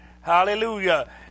Hallelujah